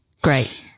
Great